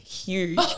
Huge